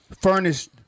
furnished